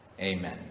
Amen